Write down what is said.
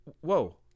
Whoa